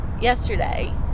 yesterday